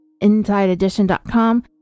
InsideEdition.com